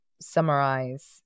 summarize